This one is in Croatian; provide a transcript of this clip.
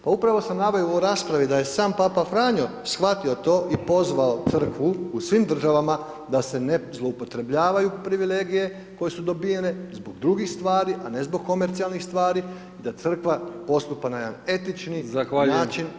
Pa upravo sam naveo u raspravi da je sam Papa Franjo shvatio to i pozvao crkvu u svim državama da se ne zloupotrebljavaju privilegije koje su dobivene zbog drugih stvari, a ne zbog komercijalnih stvari, da crkva postupa na jedan etični [[Upadica: Zahvaljujem.]] način.